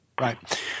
right